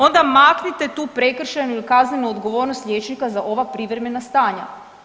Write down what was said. Onda maknite tu prekršajnu ili kaznenu odgovornost liječnika za ova privremena stanja.